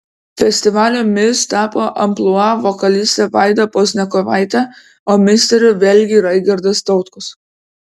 festivalio mis tapo amplua vokalistė vaida pozniakovaitė o misteriu vėlgi raigardas tautkus